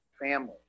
family